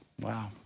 Wow